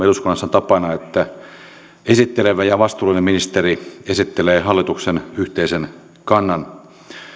eduskunnassa on tapana että esittelevä ja vastuullinen ministeri esittelee hallituksen yhteisen kannan